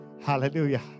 Hallelujah